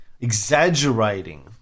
exaggerating